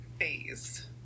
phase